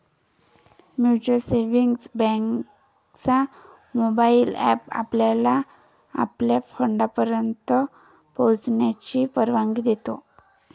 mutual savings बँकेचा mobile app आपल्याला आपल्या फंडापर्यंत पोहोचण्याची परवानगी देतो